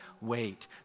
wait